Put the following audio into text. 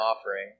offering